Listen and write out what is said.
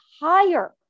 higher